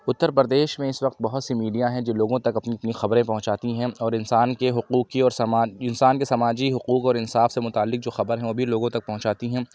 اُتر پردیش میں اِس وقت بہت سی میڈیا ہیں جو لوگوں تک اپنی اپنی خبریں پہنچاتی ہیں اور انسان کے حقوقی اور سماج انسان کے سماجی حقوق اور انصاف سے متعلق جو خبر ہیں وہ بھی لوگوں تک پہنچاتی ہیں